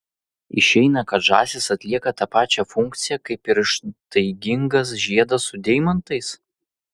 išeina kad žąsys atlieka tą pačią funkciją kaip ir ištaigingas žiedas su deimantais